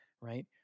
right